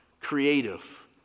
creative